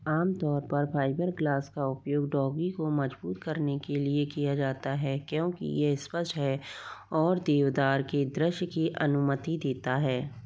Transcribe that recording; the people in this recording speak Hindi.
आमतौर पर फाइबरग्लास का उपयोग डोगी को मजबूत करने के लिए किया जाता है क्योंकि यह स्पष्ट है और देवदार के दृश्य की अनुमति देता है